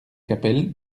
capelle